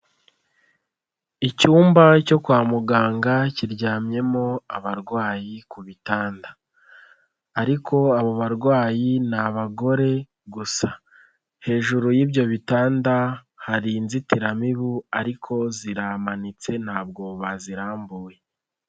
kicyumba cyo kwa muganga kiryamyemo abarwayi ku bitanda, ariko abo barwayi n'abagore gusa, hejuru y'ibyo bitanda hari inzitiramibu ariko ziramanitse ntabwo bazirambuye.